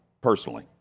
personally